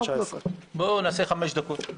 בואו נעשה חמש דקות.